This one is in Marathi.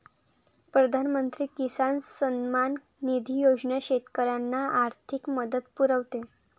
प्रधानमंत्री किसान सन्मान निधी योजना शेतकऱ्यांना आर्थिक मदत पुरवते